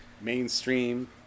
mainstream